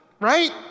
right